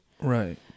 Right